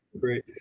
great